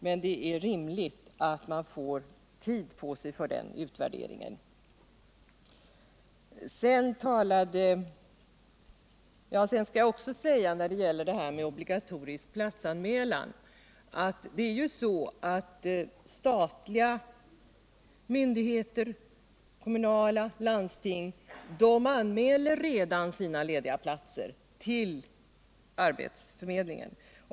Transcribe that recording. Vi har ju också nyligen beslutat om platsanmälan även i andra län än dem där sådan redan tillämpas. Beträffande obligatorisk platsanmälan vill jag också säga att statliga och kommunala myndigheter samt landsting redan anmäler sina lediga platser till arbetsförmedlingen.